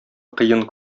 кыен